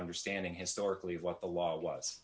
understanding historically of what the law was